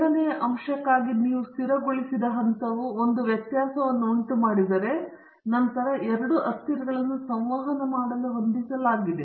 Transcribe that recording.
ಎರಡನೆಯ ಅಂಶಕ್ಕಾಗಿ ನೀವು ಸ್ಥಿರಗೊಳಿಸಿದ ಹಂತವು ಒಂದು ವ್ಯತ್ಯಾಸವನ್ನು ಉಂಟುಮಾಡಿದರೆ ನಂತರ ಎರಡು ಅಸ್ಥಿರಗಳನ್ನು ಸಂವಹನ ಮಾಡಲು ಹೊಂದಿಸಲಾಗಿದೆ